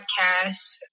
podcast